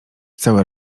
cały